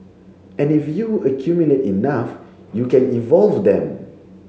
and if you accumulate enough you can evolve them